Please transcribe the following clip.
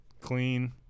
clean